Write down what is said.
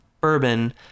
bourbon